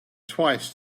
twice